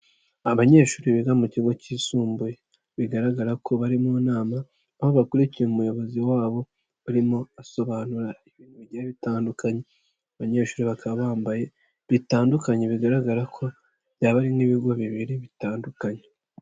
Abanyeshuri biga mu kigo kisumbuye bigaragara ko bari mu nama. Aho bakurikiye umuyobozi wabo arimo gusobanura ibintu bigiye bitandukanye. Abanyeshuri bakaba bambaye bitandukanye bigaragara ko byaba ari n'ibigo bibiri bitandukanye.